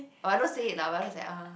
I don't say it lah uh